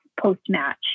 post-match